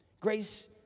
Grace